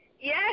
Yes